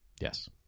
Yes